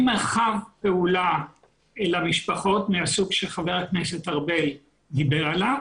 מרחב פעולה למשפחות מהסוג שחה"כ ארבל דיבר עליו,